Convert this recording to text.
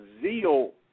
zeal